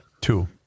Two